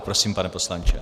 Prosím, pane poslanče.